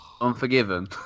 Unforgiven